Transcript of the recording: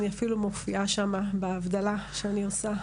אני אפילו מופיעה שם בהבדלה שאני עושה,